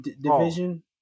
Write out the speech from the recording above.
division